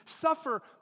Suffer